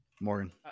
Morgan